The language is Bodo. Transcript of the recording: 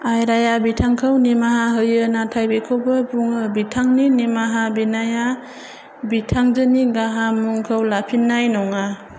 आयराया बिथांखौ निमाहा होयो नाथाय बिखौबो बुङो बिथांनि निमाहा बिनाया बिथांजोनि गाहाम मुंखौ लाबोफिन्नाय नङा